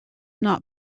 not